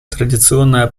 традиционная